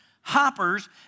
hoppers